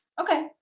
Okay